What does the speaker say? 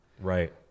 right